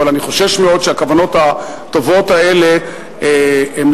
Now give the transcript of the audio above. אבל אני חושש מאוד שהכוונות הטובות האלה לא